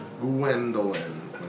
Gwendolyn